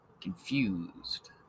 confused